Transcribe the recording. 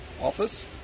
office